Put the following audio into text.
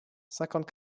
cinquante